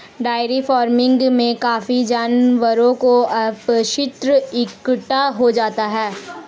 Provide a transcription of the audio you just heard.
dairy farming में काफी जानवरों का अपशिष्ट इकट्ठा हो जाता है